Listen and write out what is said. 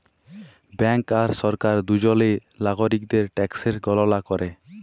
bank আর সরকার দুজলই লাগরিকদের ট্যাকসের গললা ক্যরে